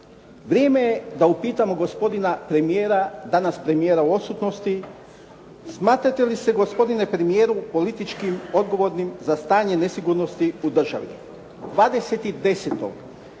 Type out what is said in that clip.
vrijeme je da upitamo gospodina premijera, danas premijera u odsutnosti, smatrate li se gospodine premijeru politički odgovornim za stanje nesigurnosti u državi.